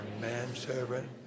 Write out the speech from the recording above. manservant